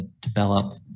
develop